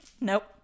Nope